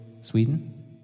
Sweden